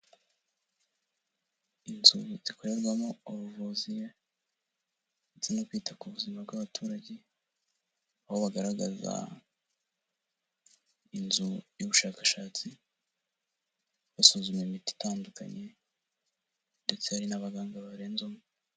Inzu zikorerwamo ubuvuzi ndetse no kwita ku buzima bw'abaturage, aho bagaragaza inzu y'ubushakashatsi basuzuma imiti itandukanye, ndetse hari n'abaganga barenze umwe.